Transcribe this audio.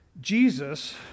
Jesus